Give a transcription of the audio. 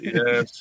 yes